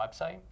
website